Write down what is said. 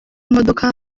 modoka